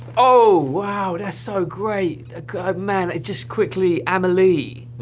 oh, wow, that's so great ah kind of man, just quickly, amelie.